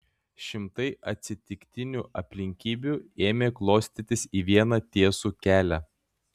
šimtai atsitiktinių aplinkybių ėmė klostytis į vieną tiesų kelią